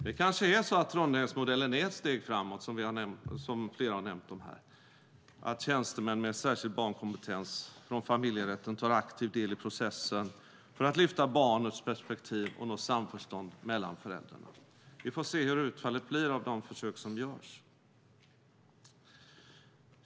Det kanske är så att Trondheimsmodellen är ett steg framåt, som flera har nämnt här, att tjänstemän med särskild barnkompetens från familjerätten tar aktiv del i processen för att lyfta barnets perspektiv och nå samförstånd mellan föräldrarna. Vi får se hur utfallet blir av de försök som görs.